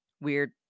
weird